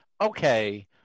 Okay